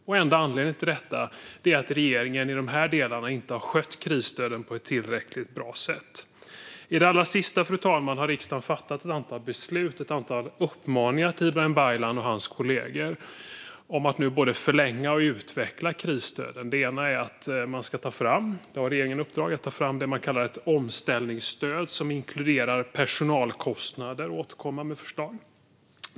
Den enda anledningen till detta är att regeringen i de här delarna inte har skött krisstöden på ett tillräckligt bra sätt. På sistone har riksdagen fattat ett antal beslut om ett antal uppmaningar till Ibrahim Baylan och hans kollegor om att nu både förlänga och utveckla krisstöden. Det första handlar om att man ska ta fram - det har regeringen i uppdrag - ett så kallat omställningsstöd som inkluderar personalkostnader och återkomma med förslag.